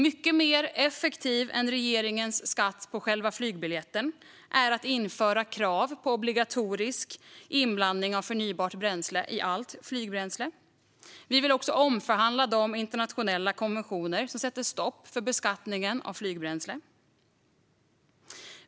Mycket mer effektivt än regeringens skatt på själva flygbiljetten är att införa krav på obligatorisk inblandning av förnybart bränsle i allt flygbränsle. Vi vill också omförhandla de internationella konventioner som sätter stopp för beskattningen av flygbränsle.